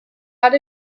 out